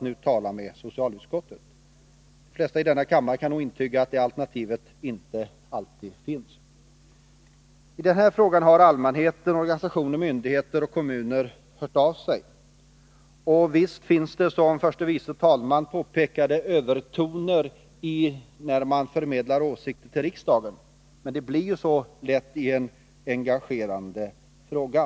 De flesta i denna kammare kan nog intyga att det alternativet inte alltid finns. I den här frågan har allmänheten, organisationer, myndigheter och kommuner hört av sig. Och visst finns det, som förste vice talmannen påpekade, övertoner när man förmedlar sina åsikter till riksdagen. Men det Nr 140 blir lätt så i en engagerande fråga.